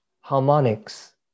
harmonics